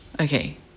okay